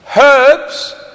Herbs